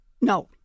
No